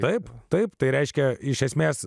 taip taip tai reiškia iš esmės